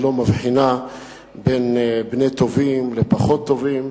היא לא מבחינה בין בני טובים לפחות טובים,